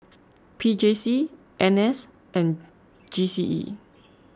P J C N S and G C E